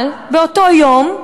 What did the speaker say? אבל באותו יום,